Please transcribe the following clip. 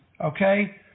okay